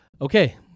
Okay